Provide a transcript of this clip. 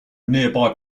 nearby